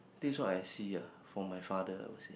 this what I see ah for my father I would say